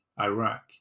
Iraq